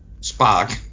Spock